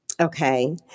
Okay